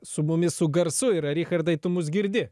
su mumis su garsu yra richardai tu mus girdi